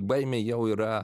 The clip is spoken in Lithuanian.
baimė jau yra